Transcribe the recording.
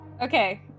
Okay